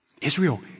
Israel